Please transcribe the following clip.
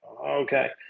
okay